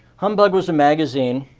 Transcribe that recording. humbug was a magazine,